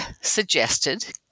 suggested